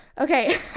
okay